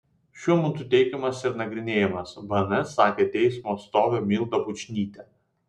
šiuo metu teikimas yra nagrinėjamas bns sakė teismo atstovė milda bučnytė